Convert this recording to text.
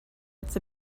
its